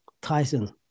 Tyson